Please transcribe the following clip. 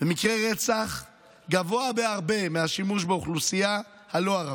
ומספר מקרי הרצח גבוהים בהרבה מהשימוש באוכלוסייה הלא-ערבית,